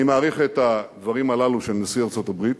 אני מעריך את הדברים הללו של נשיא ארצות-הברית.